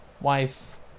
wife